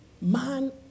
man